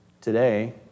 Today